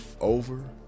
over